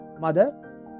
mother